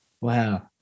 Wow